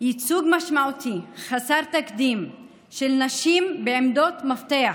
ייצוג משמעותי חסר תקדים של נשים בעמדות מפתח,